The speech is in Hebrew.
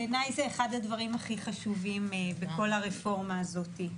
בעיניי זה אחד הדברים הכי חשובים בכל הרפורמה הזאת.